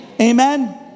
Amen